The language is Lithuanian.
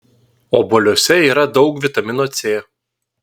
obuoliuose yra daug vitamino c